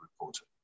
reporter